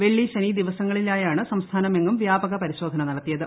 വെള്ളി ശനി ദിവസങ്ങളിലായാണ് സംസ്ഥാനമെങ്ങും വ്യാപക പരിശോധന നടത്തിയത്